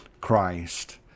christ